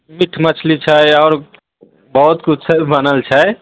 meat मछली छै आओर बहुत किछु छै बनल छै